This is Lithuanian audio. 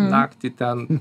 naktį ten